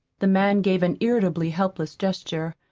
the man gave an irritably helpless gesture.